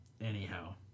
anyhow